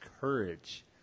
courage